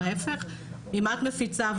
ההיפך אם את מפיצה,